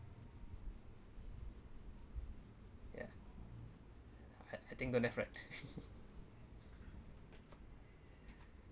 ya I I think don't have right